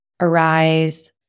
arise